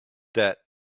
that